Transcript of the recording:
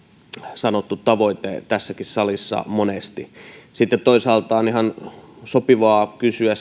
sanottu tavoite tässäkin salissa monesti sitten toisaalta on ihan sopivaa kysyä